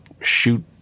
shoot